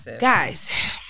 Guys